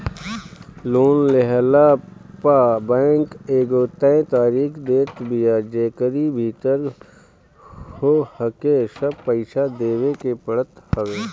loan लेहला पअ bank एगो तय तारीख देत बिया जेकरी भीतर होहके सब पईसा देवे के पड़त हवे